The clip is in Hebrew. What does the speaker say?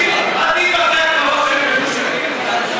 מה עם בתי-הקברות שבגוש קטיף?